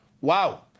wow